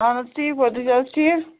اَہَن حظ ٹھیٖک پٲٹھۍ تُہۍ چھُو حظ ٹھیٖک